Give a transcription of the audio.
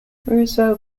roosevelt